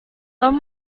tom